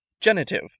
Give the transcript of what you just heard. Genitive